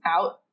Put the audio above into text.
out